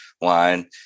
line